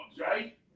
right